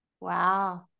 wow